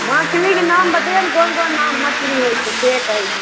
मछलीके नाम बतैऔ ने कोन कोन नाम मछली होइ छै से कहै छी